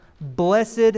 Blessed